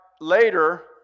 later